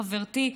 חברתי,